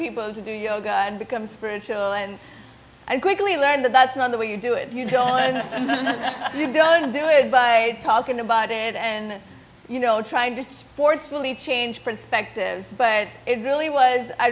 people to do yoga and become spiritual and i quickly learned that that's not the way you do it if you don't and you don't do it by talking about it and you know trying to sports really change perspectives but it really was i